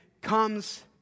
comes